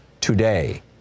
today